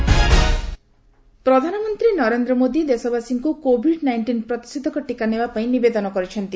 ମନ୍ କୀ ବାତ୍ ପ୍ରଧାନମନ୍ତ୍ରୀ ନରେନ୍ଦ୍ର ମୋଦି ଦେଶବାସୀଙ୍କୁ COVID nineteen ପ୍ରତିଷେଧକ ଟିକା ନେବାପାଇଁ ନିବେଦନ କରିଛନ୍ତି